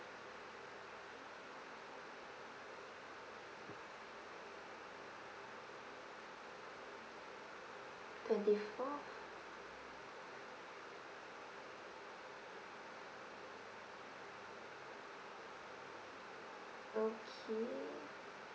twenty fourth okay